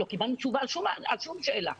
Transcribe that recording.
לא קיבלנו תשובה על שום שאלה.